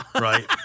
Right